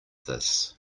this